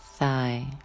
thigh